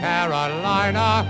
Carolina